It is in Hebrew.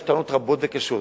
יש טענות רבות וקשות.